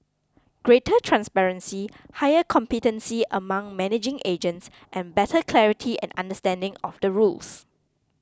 greater transparency higher competency among managing agents and better clarity and understanding of the rules